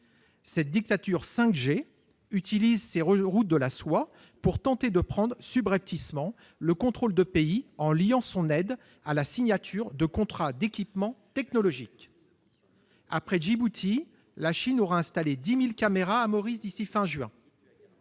Cette dictature 5G utilise ses « routes de la soie » pour tenter de prendre subrepticement le contrôle de pays en liant son aide à la signature de contrats d'équipements technologiques. Après Djibouti, la Chine aura installé 10 000 caméras sur l'île Maurice d'ici à la fin